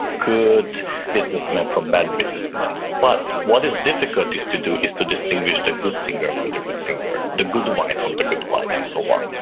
good businessman from bad businessman, but what is difficult is to do, is to distinguish the good singer from the good singer, the good one from the good one and so on.